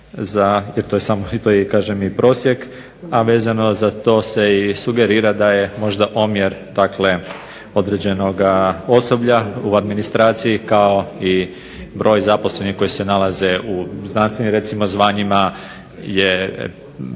to je kažem i prosjek, a vezano za to se i sugerira da je možda omjer dakle određenoga osoblja u administraciji kao i broj zaposlenih koji se nalaze u znanstvenim recimo zvanjima je